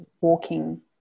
walking